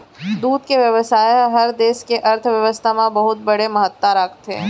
दूद के बेवसाय हर देस के अर्थबेवस्था म बहुत बड़े महत्ता राखथे